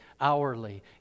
hourly